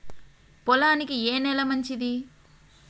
పొలానికి ఏ నేల మంచిది?